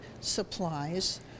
supplies